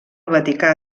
vaticà